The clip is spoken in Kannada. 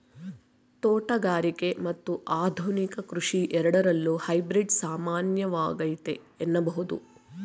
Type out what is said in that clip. ತೋಟಗಾರಿಕೆ ಮತ್ತು ಆಧುನಿಕ ಕೃಷಿ ಎರಡರಲ್ಲೂ ಹೈಬ್ರಿಡ್ ಸಾಮಾನ್ಯವಾಗೈತೆ ಎನ್ನಬಹುದು